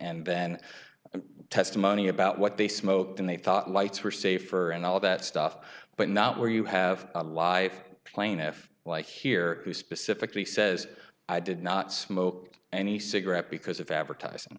and then testimony about what they smoked and they thought lights were safer and all that stuff but not where you have a life plaintiff like here who specifically says i did not smoke any cigarette because of advertising